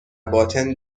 باطن